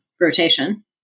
rotation